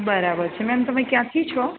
બરાબર છે મેમ તમે ક્યાંથી છો